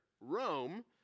Rome